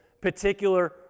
particular